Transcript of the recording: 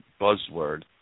buzzword